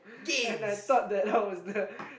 and I thought that I was the